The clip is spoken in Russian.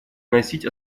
вносить